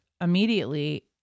immediately